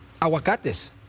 aguacates